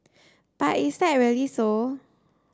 but is that really so